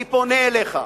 אני פונה אליך.